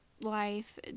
life